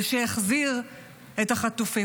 על שהחזיר את החטופים.